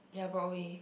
ya probably